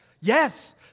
yes